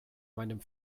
meinem